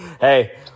Hey